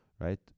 Right